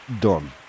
done